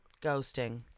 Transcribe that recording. Ghosting